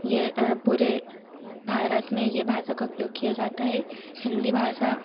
यह पूरे भारत में यह भाषा का उपयोग किया जाता है हिन्दी भाषा